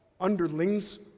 underlings